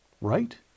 right